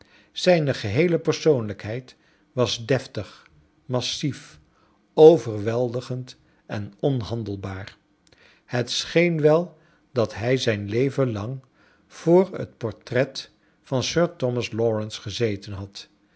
zijne geheele persoonlijkheid was deftig massief overweldigend en onhandelbaar het scheen wel dat hij zijn leven lang voor een portfet van sir thomas lawrence gezeten had